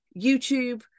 YouTube